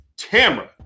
tamra